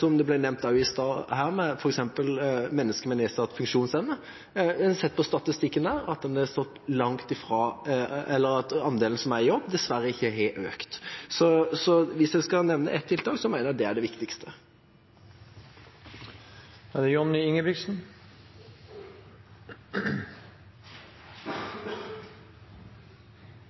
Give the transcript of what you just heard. som det også ble nevnt her i stad – f.eks. slik at andelen av mennesker med nedsatt funksjonsevne som er i jobb, dessverre ikke har økt. Så hvis jeg skal nevne ett tiltak, mener jeg det er det viktigste.